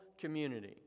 community